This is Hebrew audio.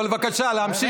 אבל, בבקשה, להמשיך.